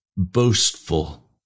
boastful